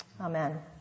Amen